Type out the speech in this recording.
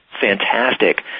fantastic